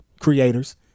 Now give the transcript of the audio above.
creators